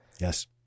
Yes